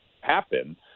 happen